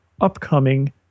upcoming